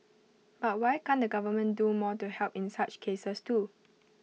but why can't the government do more to help in such cases too